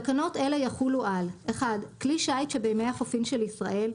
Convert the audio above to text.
תקנות אלה יחולו על כל כלי שיט שבמימי החופין של ישראל,